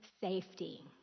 safety